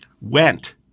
went